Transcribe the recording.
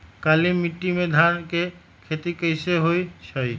काली माटी में धान के खेती कईसे होइ छइ?